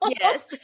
Yes